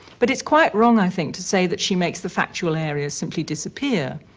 but it's quite wrong, i think, to say that she makes the factual areas simply disappear.